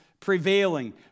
Prevailing